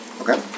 Okay